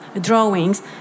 drawings